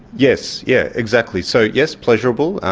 yes, yeah exactly. so yes, pleasurable,